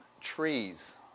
trees